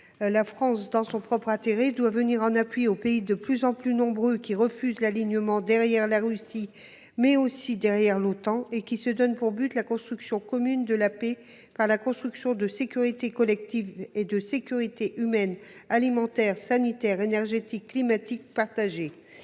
La France, dans son propre intérêt, doit venir en appui aux pays, de plus en plus nombreux, qui refusent l'alignement derrière la Russie, mais aussi derrière l'Otan, et qui se donnent pour but la construction commune de la paix par la sécurité collective et la poursuite d'objectifs partagés en matière de sécurité humaine, alimentaire, sanitaire, énergétique et climatique.